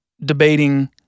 debating